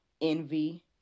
envy